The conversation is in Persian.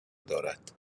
دارد